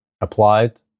applied